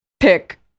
pick